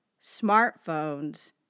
smartphones